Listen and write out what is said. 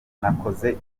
nakoze